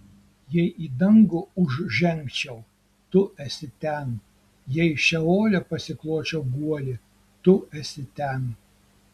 jei į dangų užžengčiau tu esi ten jei šeole pasikločiau guolį tu esi ten